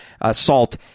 assault